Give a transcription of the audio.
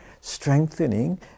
strengthening